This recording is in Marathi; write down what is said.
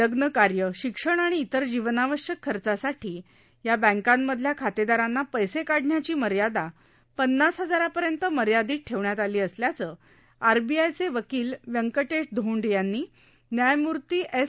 लग्नकार्य शिक्षण आणि इतर जीवनावश्यक खर्चासाठी या बँकामधल्या खातेदारांना पैसे काढण्याची मर्यादा पन्नास हजारांपर्यंत मर्यादित ठेवण्यात आली असल्याचं आरबीआयचे वकील व्यंकटेश धोंड यांनी न्यायमूर्ती एस